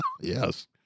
yes